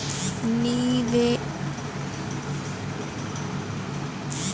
निवेश प्रबंधन करै लेली निवेशक संस्थान होय के चाहि